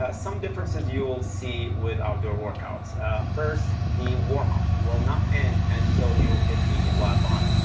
ah some differences you will see with outdoor workouts first, the warm up will not end until you hit the lap button.